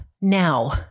Now